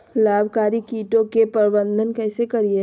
लाभकारी कीटों के प्रबंधन कैसे करीये?